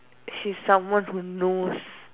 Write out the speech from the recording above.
she's someone who knows